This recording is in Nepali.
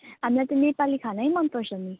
हामीलाई त नेपाली खानै मन पर्छ नि